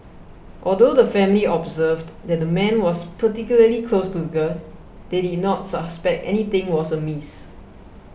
although the family observed that the man was particularly close to the girl they did not suspect anything was amiss